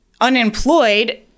unemployed